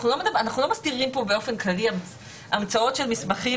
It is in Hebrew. אנחנו לא מסדירים כאן באופן כללי המצאות של מסמכים